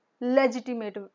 legitimate